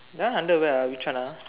that one under where which one ah